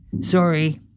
Sorry